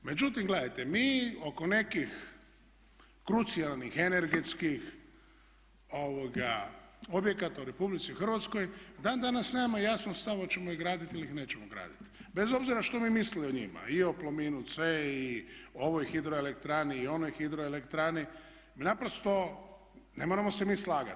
Međutim gledajte, mi oko nekih krucijalnih energetskih objekata u RH dan danas nemamo jasan stav oćemo ih graditi ili ih nećemo graditi bez obzira što mi mislili o njima i o Plominu C, i o ovoj hidroelektrani, i onoj hidroelektrani naprosto ne moramo se mi slagati.